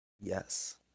Yes